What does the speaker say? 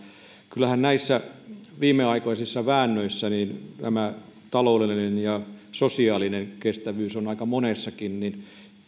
kyllähän näissä viimeaikaisissa väännöissä nämä taloudellinen ja sosiaalinen kestävyys ovat aika monessakin